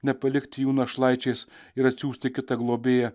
nepalikti jų našlaičiais ir atsiųsti kitą globėją